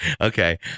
Okay